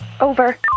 Over